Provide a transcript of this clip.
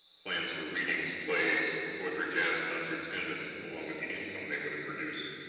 plans for readings, plays, poetry jazz concerts ended, along with the income they would have produced.